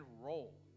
roll